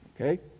Okay